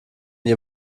ihr